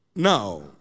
Now